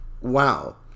wow